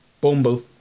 bumble